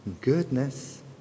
goodness